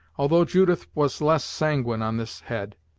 although judith was less sanguine on this head,